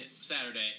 Saturday